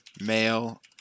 Male